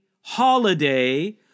holiday